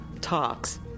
talks